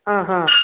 ಹಾಂ ಹಾಂ